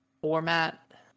format